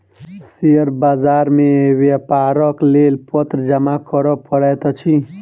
share बाजार मे व्यापारक लेल पत्र जमा करअ पड़ैत अछि